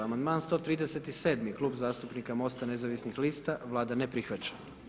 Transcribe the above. Amandman 137., Klub zastupnika MODT-a nezavisnih lista, Vlada ne prihvaća.